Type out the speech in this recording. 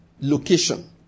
location